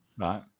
right